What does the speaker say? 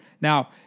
now